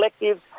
collectives